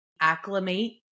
acclimate